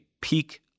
peak